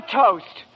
toast